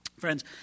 Friends